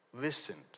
listened